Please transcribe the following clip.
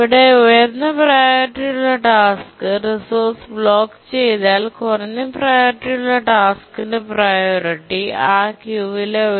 ഇവിടെ ഉയർന്ന പ്രിയോറിറ്റിയുള്ള ടാസ്ക് റിസോഴ്സ് ബ്ളോക് ചെയ്താൽ കുറഞ്ഞ പ്രിയോറിറ്റി ഉള്ള ടാസ്കിന്റെ priority low priority tasks priority ആ ക്യൂവിലെqueue